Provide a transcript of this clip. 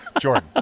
Jordan